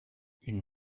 une